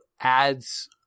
adds